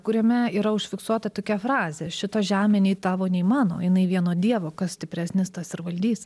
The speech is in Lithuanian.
kuriame yra užfiksuota tokia frazė šita žemė nei tavo nei mano jinai vieno dievo kas stipresnis tas ir valdys